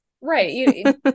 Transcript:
Right